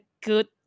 good